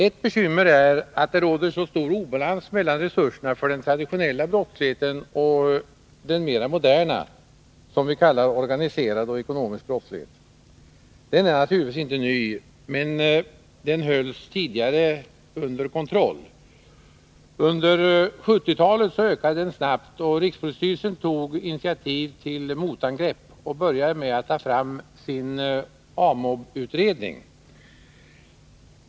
Ett bekymmer är att det råder så stor obalans mellan resurserna för den traditionella brottsligheten och den mer moderna, som vi kallar organiserad och ekonomisk brottslighet. Den är naturligtvis inte ny, men den hölls tidigare under kontroll. Under 1970-talet ökade den snabbt, och rikspolisstyrelsen tog initiativ till motangrepp och började med att ta fram sin AMOB-utredning.